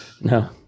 No